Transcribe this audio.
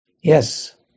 Yes